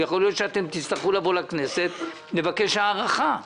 יכול להיות שאתם תצטרכו לבוא ולבקש שוב הארכה,